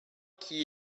qui